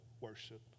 worship